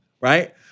right